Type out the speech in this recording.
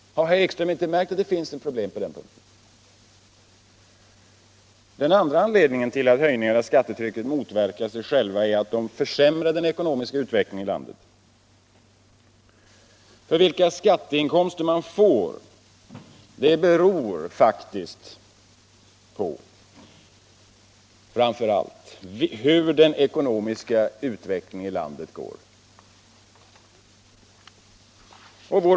Har herr Ekström inte märkt att det finns ett problem på den punkten? Den andra anledningen till att höjningar av skattetrycket motverkar sig själva är att de försämrar den ekonomiska utvecklingen. Vilka skatteinkomster man får beror faktiskt framför allt på hur den ekonomiska utvecklingen i landet går.